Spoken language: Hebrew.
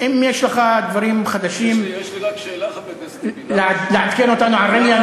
אם יש לך דברים חדשים לעדכן אותנו על ראמיה,